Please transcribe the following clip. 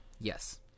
Yes